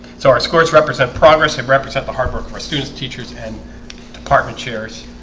so our scores represent progress who represent the hard work for students teachers and department chairs